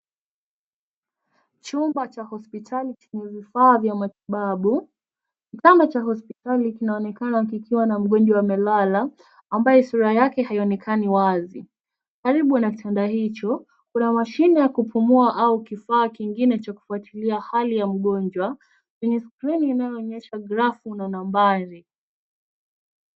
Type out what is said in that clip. Chumba cha hospitali chenye vifaa vya matibabu. Kitanda cha hospitali kinaonekana kikiwa na mgonjwa amelala, ambaye sura yake haionekani wazi. Karibu na kitanda hicho, kuna mashine ya kupumua au kifaa kingine cha kufuatilia hali ya mgonjwa, kwenye skrini inayoonyesha grafu na nambari.